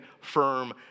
firm